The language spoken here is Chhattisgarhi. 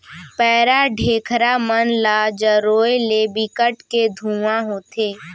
पैरा, ढेखरा मन ल जरोए ले बिकट के धुंआ होथे